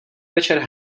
večer